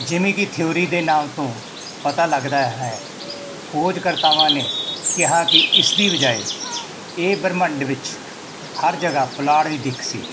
ਜਿਵੇਂ ਕਿ ਥਿਊਰੀ ਦੇ ਨਾਮ ਤੋਂ ਪਤਾ ਲੱਗਦਾ ਹੈ ਖੋਜ ਕਰਤਾਵਾਂ ਨੇ ਕਿਹਾ ਕਿ ਇਸ ਦੀ ਬਜਾਏ ਇਹ ਬ੍ਰਹਿਮੰਡ ਵਿੱਚ ਹਰ ਜਗ੍ਹਾ ਪੁਲਾੜ ਦੀ ਦਿੱਖ ਸੀ